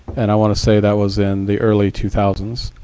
and i want to say that was in the early two thousand s.